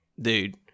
dude